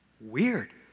Weird